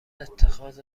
اتخاذ